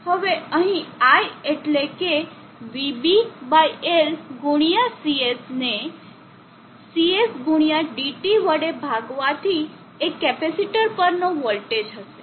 હવે અહી I એટલેકે vBL ગુણીયા CS ને CS ગુણીયા dt વડે ભાગવાથી એ કેપેસીટર પરનો વોલ્ટેજ હશે